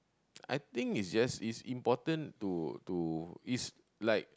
I think it's just it's important to to it's like